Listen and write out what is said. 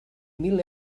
mil